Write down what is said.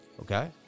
Okay